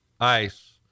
ice